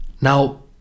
Now